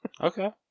Okay